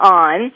on